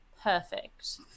Perfect